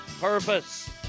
purpose